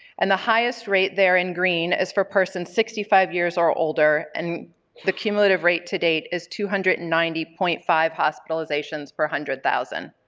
and the highest rate there in green is for persons sixty five years or older and the cumulative rate to date is two hundred and ninety point five hospitalizations per one hundred thousand.